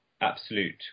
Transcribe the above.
absolute